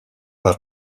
par